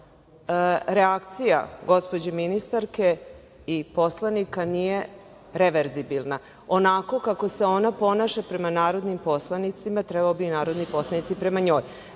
reakcija gospođe ministarke i poslanika nije reverzibilna. Onako kako se ona ponaša prema narodnim poslanicima trebali bi i narodni poslanici prema njoj.